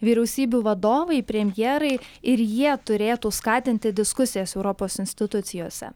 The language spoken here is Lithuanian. vyriausybių vadovai premjerai ir jie turėtų skatinti diskusijas europos institucijose